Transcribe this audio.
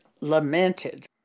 lamented